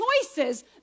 choices